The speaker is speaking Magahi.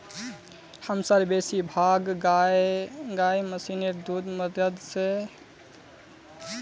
हमसार बेसी भाग गाय मशीनेर मदद स पांच मिनटत दूध दे दी छेक